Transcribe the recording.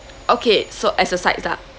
okay so as a sides lah